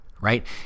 right